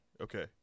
okay